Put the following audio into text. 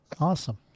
awesome